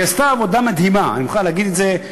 והיא עשתה עבודה מדהימה, אני מוכרח להגיד את זה.